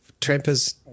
trampers